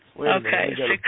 Okay